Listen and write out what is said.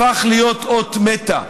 הפך להיות אות מתה,